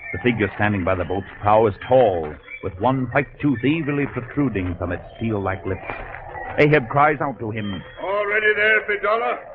i think you're standing by the boats how is tall with one pipe to be really protruding from its steel likely a head cries out to him already there fits